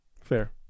Fair